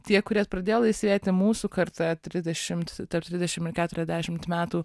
tie kurie pradėjo laisvėti mūsų karta trisdešimt tarp trisdešimt ir keturiasdešimt metų